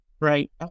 Right